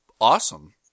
Awesome